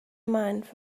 mind